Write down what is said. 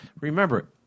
Remember